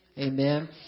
Amen